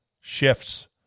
shifts